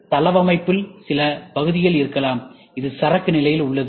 தளவமைப்பில் சில பகுதிகள் இருக்கலாம் அது சரக்கு நிலையில் உள்ளது